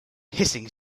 hissing